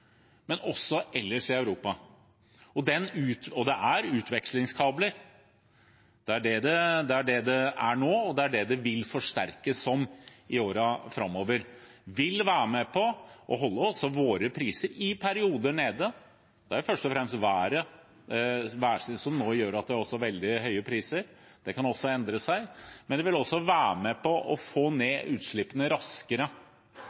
men også ellers i Europa. Og det er utvekslingskabler. Det er det det er nå, og det er det det vil forsterkes som i årene framover. Det vil være med på å holde også våre priser nede i perioder. Det er først og fremst været som gjør at det nå er veldig høye priser. Det kan også endre seg, men det vil være med på å få